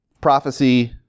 prophecy